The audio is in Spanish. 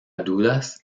dudas